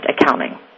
accounting